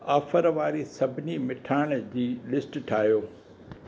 offer वारी सभिनी मिठाण जी लिस्ट ठाहियो